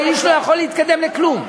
האיש לא יכול להתקדם לכלום.